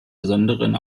besonderen